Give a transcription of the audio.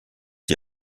die